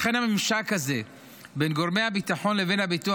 לכן הממשק הזה בין גורמי הביטחון לבין הביטוח